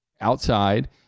outside